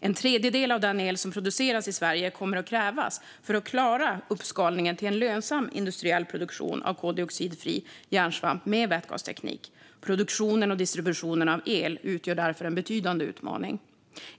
En tredjedel av den el som produceras i Sverige kommer att krävas för att klara uppskalningen till en lönsam industriell produktion av koldioxidfri järnsvamp med vätgasteknik. Produktionen och distributionen av el utgör därför en betydande utmaning.